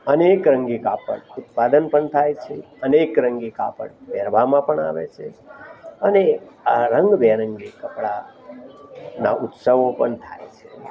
અનેક રંગી કાપડ ઉત્પાદન પણ થાય છે અનેક રંગી કાપડ પહેરવામાં પણ આવે છે અને આ રંગબેરંગી કપડાના ઉત્સવો પણ થાય છે